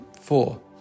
four